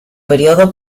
período